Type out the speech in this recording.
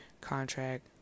contract